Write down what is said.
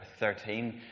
13